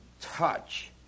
touch